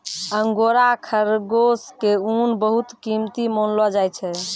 angora खरगोश के ऊन बहुत कीमती मानलो जाय छै